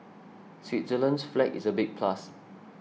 Switzerland's flag is a big plus